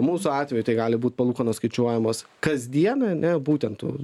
mūsų atveju tai gali būt palūkanos skaičiuojamos kasdien ane būtent tu